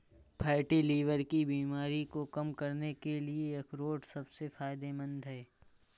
fatty liver की बीमारी को कम करने के लिए अखरोट सबसे फायदेमंद है